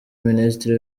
minisitiri